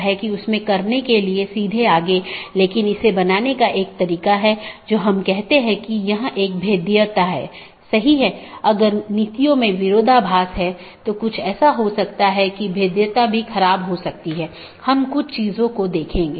और जैसा कि हम समझते हैं कि नीति हो सकती है क्योंकि ये सभी पाथ वेक्टर हैं इसलिए मैं नीति को परिभाषित कर सकता हूं कि कौन पारगमन कि तरह काम करे